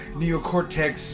neocortex